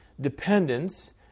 dependence